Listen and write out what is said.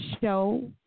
show